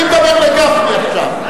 אני מדבר אל גפני עכשיו,